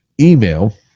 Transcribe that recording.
Email